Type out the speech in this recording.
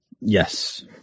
Yes